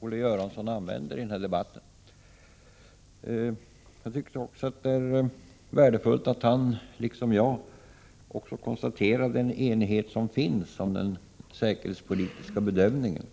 Olle Göransson använder i debatten. Jag tycker också att det är värdefullt att han, liksom jag, konstaterade den enighet som finns om den säkerhetspolitiska bedömningen.